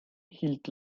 hielt